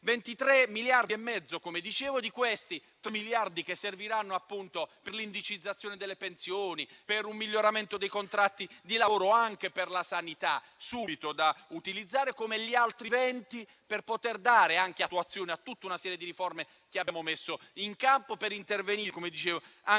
23,5 miliardi, 3 miliardi serviranno per l'indicizzazione delle pensioni, per un miglioramento dei contratti di lavoro e anche per la sanità, da utilizzare subito, come gli altri 20, per poter dare attuazione anche a tutta una serie di riforme che abbiamo messo in campo, per intervenire sul